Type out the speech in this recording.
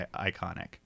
iconic